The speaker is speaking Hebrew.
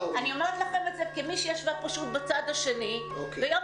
אני אומרת לכם את זה כמי שישבה בצד השני ויום